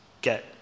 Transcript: get